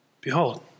Behold